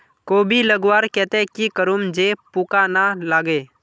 कोबी लगवार केते की करूम जे पूका ना लागे?